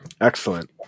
Excellent